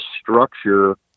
structure